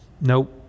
Nope